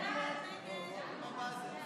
זכויות הדייר בדיור הציבורי (תיקון,